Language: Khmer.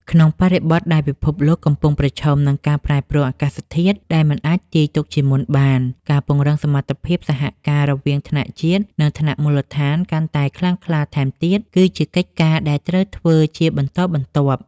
ក្នុងបរិបទដែលពិភពលោកកំពុងប្រឈមនឹងការប្រែប្រួលអាកាសធាតុដែលមិនអាចទាយទុកជាមុនបាន ការពង្រឹងសមត្ថភាពសហការរវាងថ្នាក់ជាតិ និងថ្នាក់មូលដ្ឋានកាន់តែខ្លាំងក្លាថែមទៀត គឺជាកិច្ចការដែលត្រូវធ្វើជាបន្តបន្ទាប់។